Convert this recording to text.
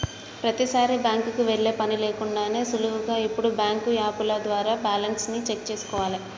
ప్రతీసారీ బ్యాంకుకి వెళ్ళే పని లేకుండానే సులువుగా ఇప్పుడు బ్యాంకు యాపుల ద్వారా బ్యాలెన్స్ ని చెక్ చేసుకోవాలే